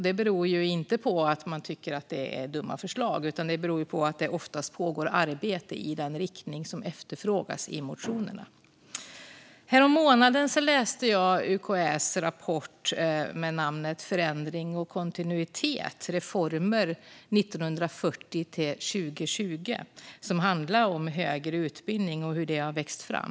Det beror inte på att man tycker att det är dumma förslag, utan det beror på att det oftast pågår arbete i den riktning som efterfrågas i motionerna. Härommånaden läste jag UKÄ:s rapport Förändring och kontinuitet - R eformer inom högre utbildning och forskning 1940 - 2020 . Den handlar om högre utbildning och hur den har växt fram.